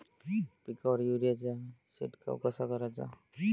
पिकावर युरीया चा शिडकाव कसा कराचा?